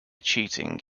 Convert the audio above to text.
cheating